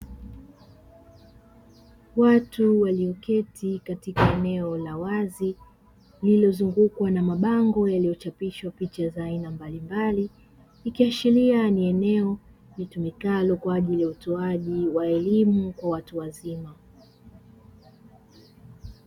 Watu walioketi katika eneo la wazi lililozungukwa na mabango yaliyochapishwa picha za aina mbalimbali, ikiashiria ni eneo litumikalo kwa ajili ya utoaji wa elimu kwa watu wazima.